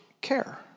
care